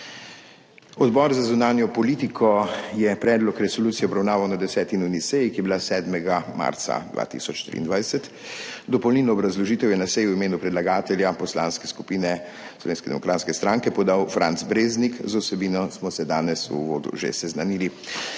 Odbor za zunanjo politiko je predlog resolucije obravnaval na 10. nujni seji, ki je bila 7. marca 2023. Dopolnilno obrazložitev je na seji v imenu predlagatelja, Poslanske skupine Slovenske demokratske stranke podal Franc Breznik. Z vsebino smo se danes v uvodu že seznanili.